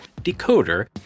DECODER